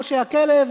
או שהכלב,